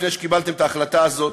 לפני שקיבלתם את ההחלטה הזאת,